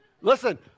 Listen